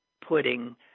putting